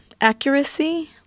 accuracy